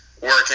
working